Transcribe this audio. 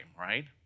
right